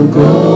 go